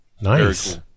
nice